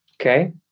Okay